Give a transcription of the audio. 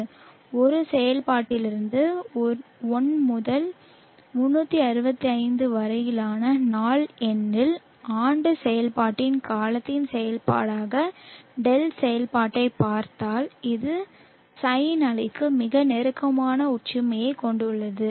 1 செயல்பாட்டிலிருந்து 1 முதல் 365 வரையிலான நாள் எண்ணின் ஆண்டு செயல்பாட்டின் காலத்தின் செயல்பாடாக δ செயல்பாட்டைப் பார்த்தால் இது சைன் அலைக்கு மிக நெருக்கமான ஒற்றுமையைக் கொண்டுள்ளது